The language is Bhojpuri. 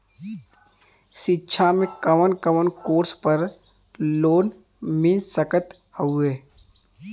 शिक्षा मे कवन कवन कोर्स पर लोन मिल सकत हउवे?